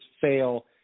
fail